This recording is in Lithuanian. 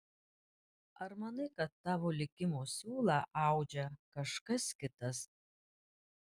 ar manai kad tavo likimo siūlą audžia kažkas kitas